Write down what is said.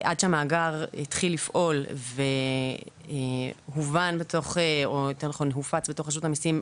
עד שהמאגר התחיל לפעול והובן או יותר נכון הופץ בתוך רשות המיסים,